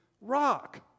Rock